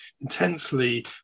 intensely